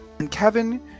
Kevin